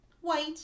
white